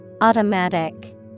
Automatic